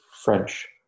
French